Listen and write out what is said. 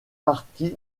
partie